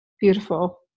Beautiful